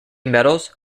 metals